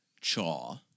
chaw